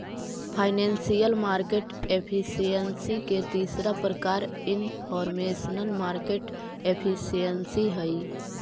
financial market efficiency के तीसरा प्रकार इनफॉरमेशनल मार्केट एफिशिएंसी हइ